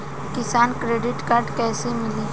किसान credit card कइसे मिली?